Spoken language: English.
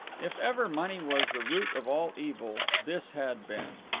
if ever money was the root of all evil, this had been.